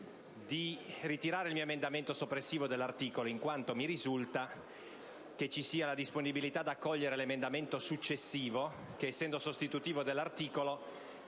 a ritirare l'emendamento 5.250, soppressivo dell'articolo 5, in quanto mi risulta che vi sia la disponibilità ad accogliere l'emendamento successivo che, essendo sostitutivo dell'articolo,